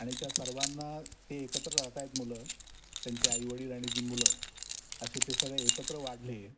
आणि त्या सर्वांना ते एकत्र राहत आहेत मुलं त्यांचे आईवडील आणि ती मुलं असे ते सगळे एकत्र वाढले